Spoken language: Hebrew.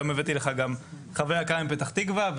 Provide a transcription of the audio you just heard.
היום הבאתי לך גם חבר יקר מפתח תקווה,